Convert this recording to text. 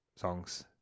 songs